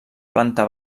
planta